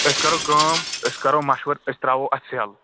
أسۍ کَرو کٲم أسۍ کَرو مَشوَر أسۍ ترٛاوَو اَتھ سٮ۪ل